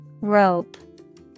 Rope